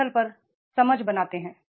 कार्यस्थल पर समझ बनाते हैं